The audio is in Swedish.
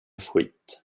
skit